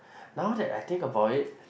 now that I think about it